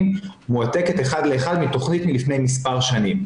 מועתקת אחד לאחד מתוכנית מלפני מספר שנים,